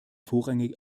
vorrangig